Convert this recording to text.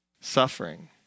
suffering